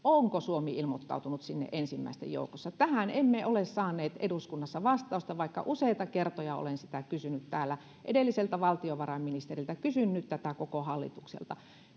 onko suomi ilmoittautunut sinne ensimmäisten joukossa tähän emme ole saaneet eduskunnassa vastausta vaikka useita kertoja olen sitä kysynyt täällä edelliseltä valtiovarainministeriltä kysyn nyt tätä koko hallitukselta